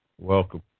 Welcome